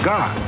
God